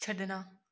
ਛੱਡਣਾ